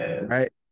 Right